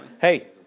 Hey